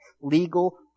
legal